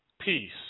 Peace